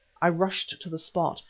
i rushed to the spot,